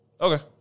Okay